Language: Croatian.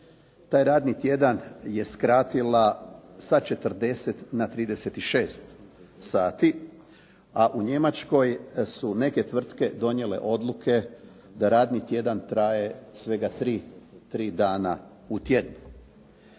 taj radni tjedan je skratila sa 40 na 36 sati, a u Njemačkoj su neke tvrtke donijele odluke da radni tjedan svega tri dana u tjednu.